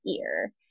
ear